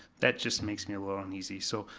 that just makes me a little uneasy, so,